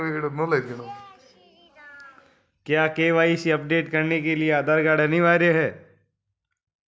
क्या KYC update करने के लिए आधार कार्ड अनिवार्य है?